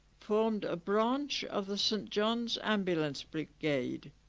formed a branch of the st john's ambulance brigade.